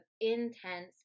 intense